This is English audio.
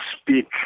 speak